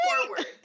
forward